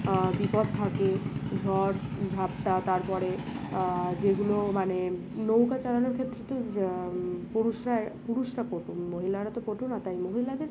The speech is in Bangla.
বিপদ থাকে ঝড় ঝাপ্টা তারপরে যেগুলো মানে নৌকা চালানোর ক্ষেত্রে তো পুরুষরা পুরুষরা কটু মহিলারা তো কটু না তাই মহিলাদের